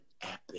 epic